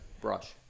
brush